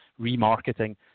remarketing